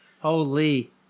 Holy